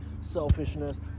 selfishness